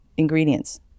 ingredients